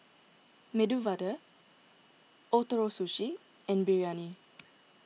Medu Vada Ootoro Sushi and Biryani